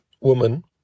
woman